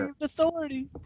authority